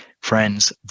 Friends